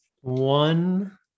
One